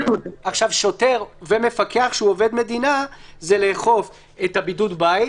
שוטר ומפקח שהוא עובד מדינה זה לאכוף את בידוד הבית,